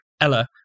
Ella